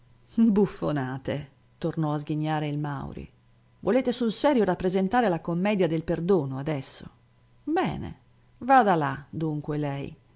basta buffonate tornò a sghignare il mauri volete sul serio rappresentare la commedia del perdono adesso bene vada là dunque lei